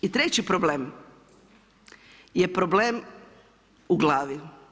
I treći problem, je problem u glavi.